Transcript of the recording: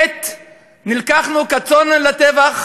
עת נלקחנו כצאן לטבח